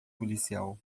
policial